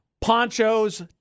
Ponchos